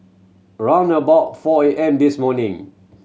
round about four A M this morning